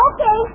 Okay